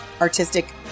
artistic